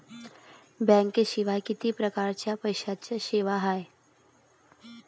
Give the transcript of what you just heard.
बँकेशिवाय किती परकारच्या पैशांच्या सेवा हाय?